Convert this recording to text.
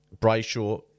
Brayshaw